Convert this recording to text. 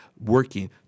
working